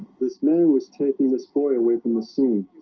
this man was taking this boy away from the scene